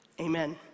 Amen